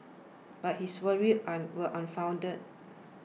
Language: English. but his worries an were unfounded